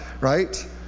right